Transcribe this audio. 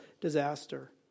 disaster